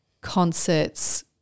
concerts